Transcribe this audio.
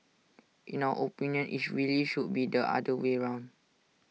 in our opinion IT really should be the other way round